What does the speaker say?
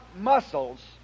muscles